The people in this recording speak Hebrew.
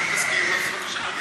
אם תסכים, אז בבקשה.